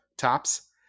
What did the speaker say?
tops